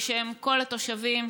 בשם כל התושבים,